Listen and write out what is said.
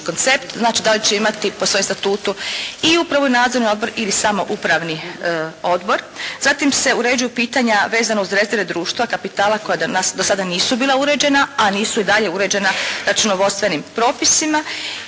koncept. Znači, da li će imati po svom statutu i upravu i nadzorni odbor ili samo upravni odbor. Zatim se uređuju pitanja vezano uz …/Govornik se ne razumije./… društva kapitala koja do sada nisu bila uređena, a nisu i dalje uređena računovodstvenim propisima